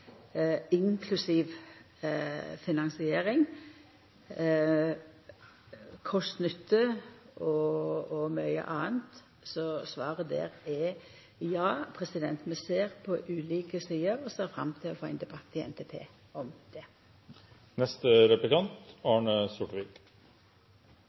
inklusiv finansiering, kost–nytte og mykje anna. Så svaret på det er: Ja, vi ser på ulike sider og ser fram til å få ein debatt i samband med NTP om